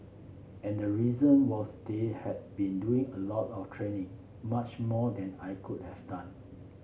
and the reason was they had been doing a lot of training much more than I could have done